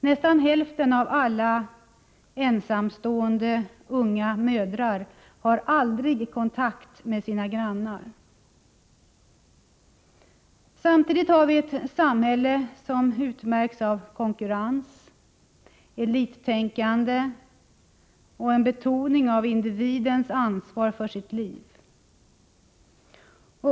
Nästan hälften av alla ensamstående unga mödrar har aldrig kontakt med sina grannar. Samtidigt har vi ett samhälle som utmärks av konkurrens, elittänkande och en betoning av individens ansvar för sitt liv.